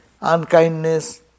unkindness